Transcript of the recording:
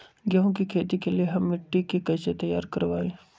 गेंहू की खेती के लिए हम मिट्टी के कैसे तैयार करवाई?